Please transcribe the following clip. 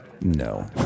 No